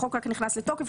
החוק רק נכנס לתוקף,